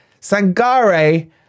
Sangare